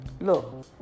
look